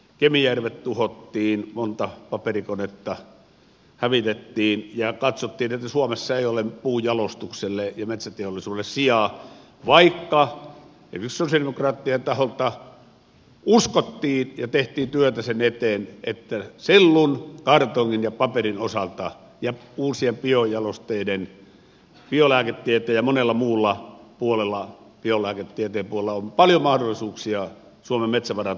kemijärvet tuhottiin monta paperikonetta hävitettiin ja katsottiin että suomessa ei ole puunjalostukselle ja metsäteollisuudelle sijaa vaikka esimerkiksi sosialidemokraattien taholta uskottiin ja tehtiin työtä sen eteen että sellun kartongin ja paperin osalta ja uusien biojalosteiden biolääketieteen ja monella muulla puolella on paljon mahdollisuuksia suomen metsävarantojen hyödyntämiseen